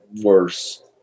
worse